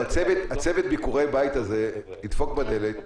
צוות ביקורי הבית ידפוק בדלת,